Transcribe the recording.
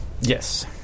yes